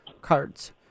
cards